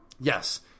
yes